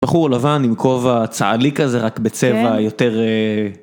בחור לבן עם כובע צה"לי כזה רק בצבע יותר.